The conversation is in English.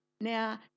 now